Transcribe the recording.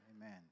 Amen